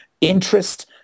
interest